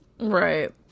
Right